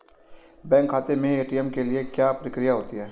Bank खाते में ATM के लिए क्या प्रक्रिया होती है?